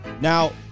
Now